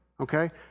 Okay